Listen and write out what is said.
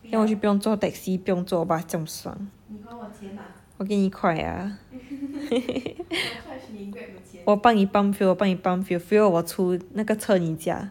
then 我就不用坐 taxi 不用坐 bus 这样爽我给你一块 ah 我帮你 pump fuel 我帮你 pump fuel fuel 我出那个车你架